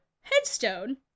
headstone—